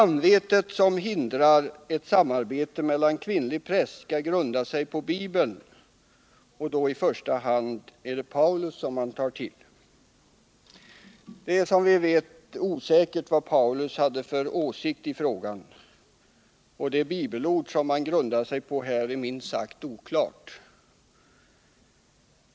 Samvetet som hindrar ett samarbete med kvinnliga präster sägs grunda sig på Bibeln. och då är det i första hand Paulus som man tar till. Som vi vet är det emellertid osäkert vilken åsikt Paulus hade i den här frågan, och det bibelord som man grundar sig på är minst sagt oklart.